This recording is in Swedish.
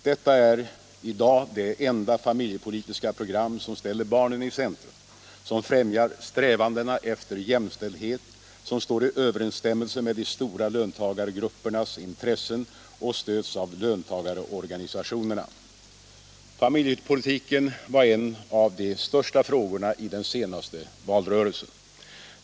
Detta är i dag det enda familjepolitiska program som ställer barnen i centrum, som främjar strävandena efter jämställdhet, som står i överensstämmelse med de stora löntagargruppernas intressen och stöds av löntagarorganisationerna. Familjepolitiken var en av de största frågorna i den senaste valrörelsen.